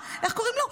איך קוראים לו,